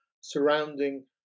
surrounding